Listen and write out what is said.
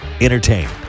Entertain